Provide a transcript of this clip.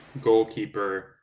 goalkeeper